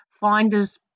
Finders